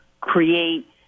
create